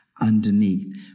underneath